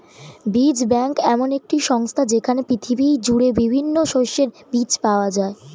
বীজ ব্যাংক এমন একটি সংস্থা যেইখানে পৃথিবী জুড়ে বিভিন্ন শস্যের বীজ পাওয়া যায়